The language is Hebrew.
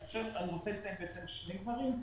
רוצה לציין שני דברים.